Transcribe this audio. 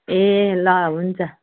ए ल हुन्छ